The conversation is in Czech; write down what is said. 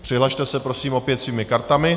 Přihlaste se prosím opět svými kartami.